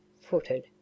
footed